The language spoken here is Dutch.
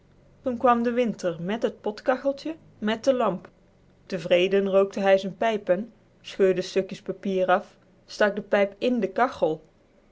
toen kwam de winter mèt het potkacheltje mèt de lamp tevreden rookte hij z'n pijpen scheurde stukjes papier af stak de pijp i n de kachel